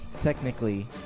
Technically